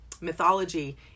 mythology